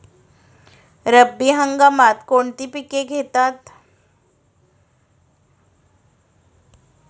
रब्बी हंगामात कोणती पिके घेतात?